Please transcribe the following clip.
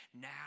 now